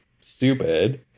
stupid